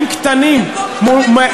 ממש,